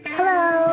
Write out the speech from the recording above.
Hello